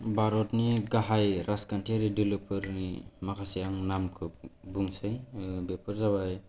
भारातनि गाहाय राजखान्थियारि दोलोफोरनि माखासे आं नामखौ बुंसै बेफोर जाबाय